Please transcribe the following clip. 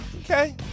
Okay